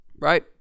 Right